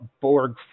Borg